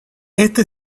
este